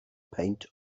peint